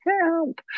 help